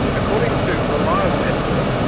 according to reliable estimates,